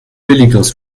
billigeres